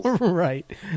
Right